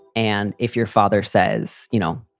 and if your father says, you know,